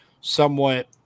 somewhat